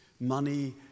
money